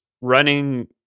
running